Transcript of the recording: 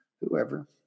whoever